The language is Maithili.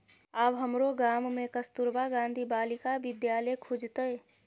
आब हमरो गाम मे कस्तूरबा गांधी बालिका विद्यालय खुजतै